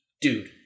Dude